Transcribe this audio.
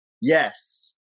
Yes